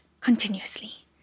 continuously